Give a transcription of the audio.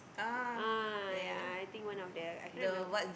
ah ya I think one of the I cannot remember